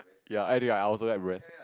ya I do I also like breast